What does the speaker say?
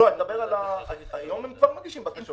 לא, היום הם כבר מגישים בקשות.